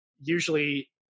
usually